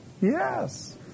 Yes